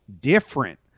different